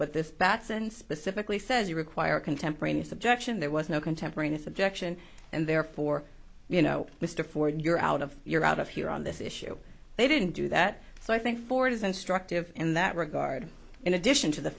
but this batson specifically says you require contemporaneous objection there was no contemporaneous objection and therefore you know mr ford you're out of you're out of here on this issue they didn't do that so i think forward is instructive in that regard in addition to the